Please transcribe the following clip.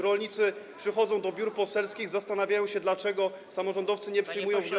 Rolnicy przychodzą do biur poselskich, zastanawiają się, dlaczego samorządowcy nie przyjmują wniosków.